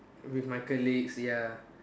with my colleagues ya